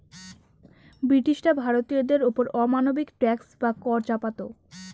ব্রিটিশরা ভারতীয়দের ওপর অমানবিক ট্যাক্স বা কর চাপাতো